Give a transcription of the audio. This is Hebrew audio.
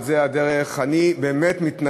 על הדרך.